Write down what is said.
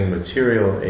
material